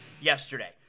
yesterday